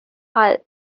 hull